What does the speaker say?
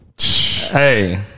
Hey